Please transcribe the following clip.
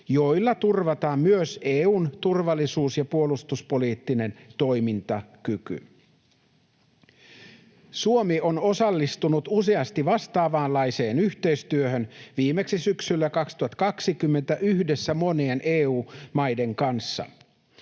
joilla turvataan myös EU:n turvallisuus- ja puolustuspoliittinen toimintakyky. Suomi on osallistunut useasti vastaavanlaiseen yhteistyöhön, viimeksi syksyllä 2020 yhdessä monien EU-maiden kanssa.